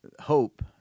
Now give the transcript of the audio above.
hope